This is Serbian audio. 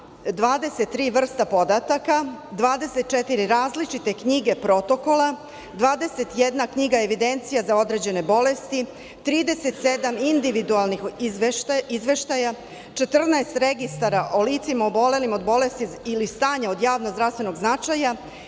23 vrste podatka, 24 različite knjige protokola, 21 knjiga evidencije za određene bolesti, 37 individualnih izveštaja, 14 registara o licima obolelima od bolesti ili stanja od javnog zdravstvenog značaja